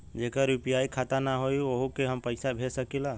जेकर यू.पी.आई खाता ना होई वोहू के हम पैसा भेज सकीला?